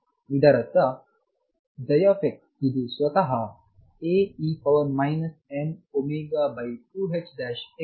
ಇದರರ್ಥ x ಇದು ಸ್ವತಃ Ae mω2ℏx2ಗೆ ಸಮನಾಗಿರುತ್ತದೆ